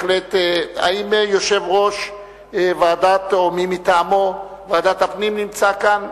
האם יושב-ראש ועדת הפנים והגנת הסביבה או מי מטעמו נמצא כאן?